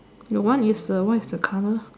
your one is the what is the color